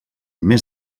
mes